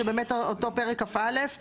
זה באמת אותו פרק כ"א,